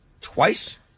twice